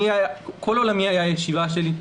כל עולמי היה הישיבה שלי,